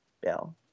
Bill